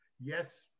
Yes